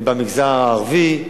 במגזר הערבי,